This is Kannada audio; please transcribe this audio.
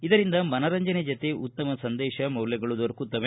ಇದರಿಂದ ಮನರಂಜನೆ ಜತೆ ಉತ್ತಮ ಸಂದೇಶ ಮೌಲ್ಯಗಳು ದೊರಕುತ್ತವೆ